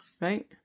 Right